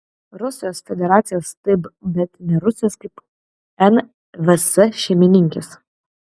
rusijos federacijos taip bet ne rusijos kaip nvs šeimininkės